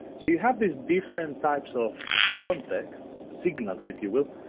so you have these different types of contexts, signals if you will,